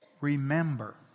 remember